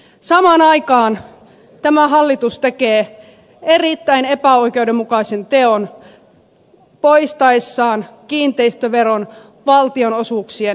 samaan aikaan tämä hallitus tekee erittäin epäoikeudenmukaisen teon poistaessaan kiinteistöveron valtionosuuksien tasausjärjestelmästä